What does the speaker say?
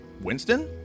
Winston